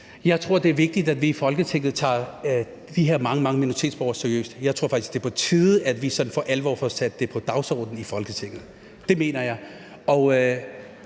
Jeg tror, det er vigtigt, at vi i Folketinget tager de her mange, mange minoritetsborgere seriøst. Jeg tror faktisk, det er på tide, at vi for alvor får sat det på dagsordenen i Folketinget. Det mener jeg.